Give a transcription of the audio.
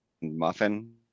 muffin